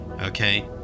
okay